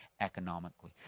economically